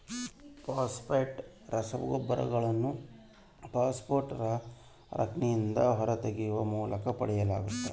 phosphate ರಸಗೊಬ್ಬರಗಳನ್ನು phosphate ರಾಕ್ನಿಂದ ಹೊರತೆಗೆಯುವ ಮೂಲಕ ಪಡೆಯಲಾಗ್ತತೆ